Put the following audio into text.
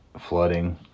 flooding